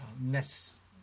necessary